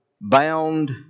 bound